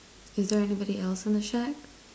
is there anybody else on the shack